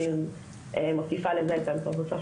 ואני מוסיפה לזה את האנתרופוסופי,